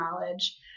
knowledge